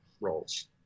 roles